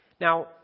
Now